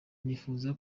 nifuza